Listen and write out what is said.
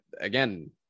again